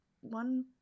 one